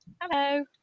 Hello